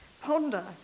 ponder